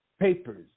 Papers